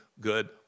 good